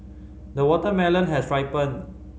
the watermelon has ripened